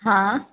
हँ